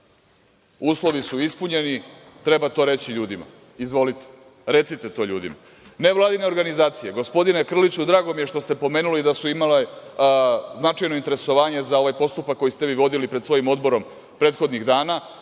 Uslovi su ispunjeni, treba to reći ljudima. Izvolite, recite to ljudima. Nevladine organizacije, gospodine Krliću drago mi je što ste pomenuli, da su imale značajno interesovanje za ovaj postupak koji ste vi vodili pred svojim odborom prethodnih dana.